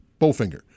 Bowfinger